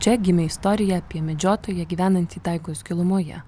čia gimė istorija apie medžiotoją gyvenantį taigos gilumoje